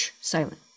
silent